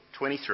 23